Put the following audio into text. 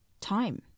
time